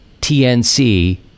TNC